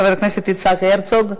חבר הכנסת יצחק הרצוג,